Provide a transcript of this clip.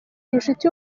inshuti